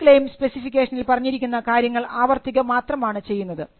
ഈ ക്ളെയിം സ്പെസിഫിക്കേഷനിൽ പറഞ്ഞിരിക്കുന്ന കാര്യങ്ങൾ ആവർത്തിക്കുക മാത്രമാണ് ചെയ്യുന്നത്